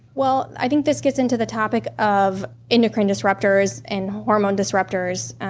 well, i think this gets into the topic of endocrine disruptors and hormone disruptors,